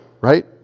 right